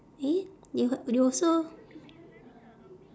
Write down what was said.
eh you h~ you also